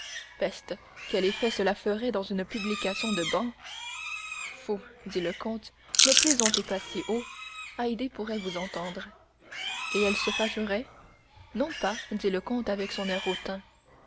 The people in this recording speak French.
peste quel effet cela ferait dans une publication de bans fou dit le comte ne plaisantez pas si haut haydée pourrait vous entendre et elle se fâcherait non pas dit le comte avec son air hautain